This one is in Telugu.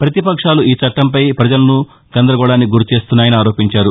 పతిపక్షాలు ఈ చట్లంపై ప్రజలను గందరగోళానికి గురిచేస్తున్నాయని ఆరోపించారు